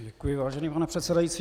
Děkuji, vážený pane předsedající.